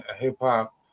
hip-hop